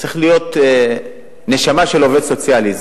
צריכה להיות נשמה של עובד סוציאלי.